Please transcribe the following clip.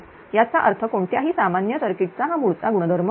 याचा अर्थ कोणत्याही सामान्य सर्किट चा हा मूळचा गुणधर्म आहे